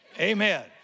Amen